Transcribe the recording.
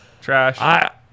Trash